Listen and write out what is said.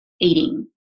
eating